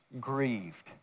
grieved